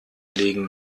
legen